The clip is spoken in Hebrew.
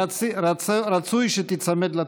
רצוי שתיצמד לטקסט.